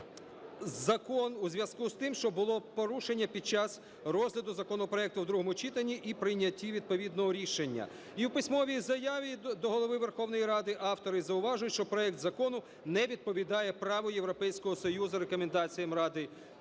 закон у зв'язку з тим, що було порушення під час розгляду законопроекту в другому читанні і прийнятті відповідного рішення. І у письмовій заяві до Голови Верховної Ради автори зауважують, що проект Закону не відповідає праву Європейського Союзу, рекомендаціям Ради